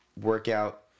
workout